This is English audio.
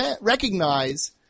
recognize